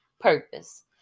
purpose